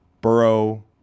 Burrow